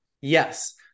yes